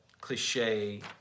cliche